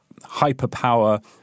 hyperpower